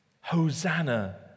Hosanna